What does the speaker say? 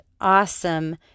awesome